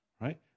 Right